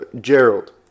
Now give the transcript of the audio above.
Gerald